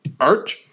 art